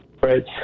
right